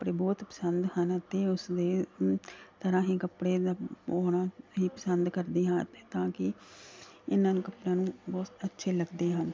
ਕੱਪੜੇ ਬਹੁਤ ਪਸੰਦ ਹਨ ਅਤੇ ਉਸਦੇ ਤਰ੍ਹਾਂ ਹੀ ਕੱਪੜੇ ਮੈਂ ਪਾਉਣਾ ਹੀ ਪਸੰਦ ਕਰਦੀ ਹਾਂ ਅਤੇ ਤਾਂ ਕਿ ਇਹਨਾਂ ਨੂੰ ਕੱਪੜਿਆਂ ਨੂੰ ਬਹੁਤ ਅੱਛੇ ਲੱਗਦੇ ਹਨ